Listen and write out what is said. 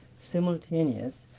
simultaneous